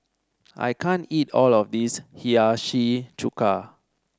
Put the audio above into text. I can't eat all of this Hiyashi Chuka